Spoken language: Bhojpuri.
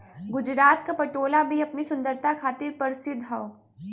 गुजरात क पटोला भी अपनी सुंदरता खातिर परसिद्ध हौ